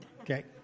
okay